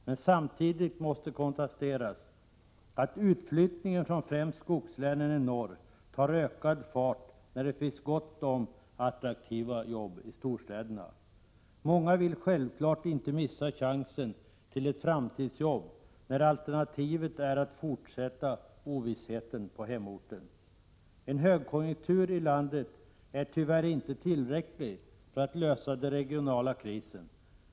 Men samtidigt måste konstateras att utflyttningen från främst skogslänen i norr tar ökad fart när det finns gott om attraktiva jobb i storstäderna. Många vill självfallet inte missa chansen till ett framtidsjobb när alternativet är att fortsätta ovissheten på hemorten. En högkonjunktur i landet är tyvärr inte tillräcklig för att lösa den regionala krisen.